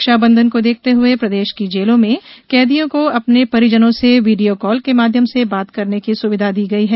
रक्षाबंधन को देखते हुए प्रदेश की जेलों में कैदियों को अपने परिजनों से यीडियोकाल के माध्यम से बात करने की सुविधा दी गई है